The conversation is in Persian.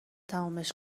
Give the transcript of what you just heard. تمومش